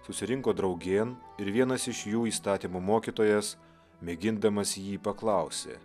susirinko draugėn ir vienas iš jų įstatymo mokytojas mėgindamas jį paklausė